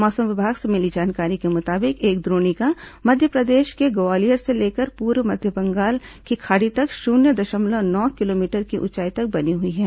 मौसम विभाग से मिली जानकारी के मुताबिक एक द्रोणिका मध्यप्रदेश के ग्वालियर से लेकर पूर्व मध्य बंगाल की खाड़ी तक शून्य दशमलव नौ किलोमीटर की ऊंचाई तक बनी हुई है